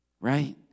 right